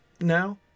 now